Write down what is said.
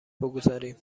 بگذاریم